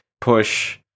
push